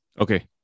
okay